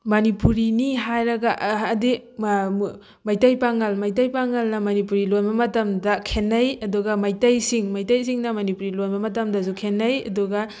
ꯃꯅꯤꯄꯨꯔꯤꯅꯤ ꯍꯥꯏꯔꯒ ꯑꯗꯤ ꯃꯩꯇꯩ ꯄꯥꯉꯜ ꯃꯩꯇꯩ ꯄꯥꯉꯜꯅ ꯃꯅꯤꯄꯨꯔꯤ ꯂꯣꯟꯕ ꯃꯇꯝꯗ ꯈꯦꯠꯅꯩ ꯑꯗꯨꯒ ꯃꯩꯇꯩꯁꯤꯡ ꯃꯩꯇꯩꯁꯤꯡꯅ ꯃꯅꯤꯄꯨꯔꯤ ꯂꯣꯟꯕ ꯃꯇꯝꯗꯁꯨ ꯈꯦꯠꯅꯩ ꯑꯗꯨꯒ